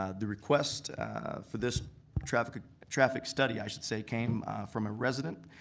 ah the request for this traffic ah traffic study, i should say, came from a resident.